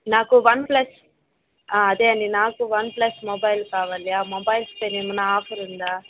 నాకు OnePlus అదేనండి నాకు వన్ ప్లస్ మొబైల్ కావాలి ఆ మొబైల్స్ పైన ఏమైనా ఆఫర్ ఉందా